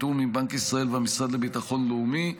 בתיאום עם בנק ישראל והמשרד לביטחון לאומי.